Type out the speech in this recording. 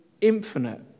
infinite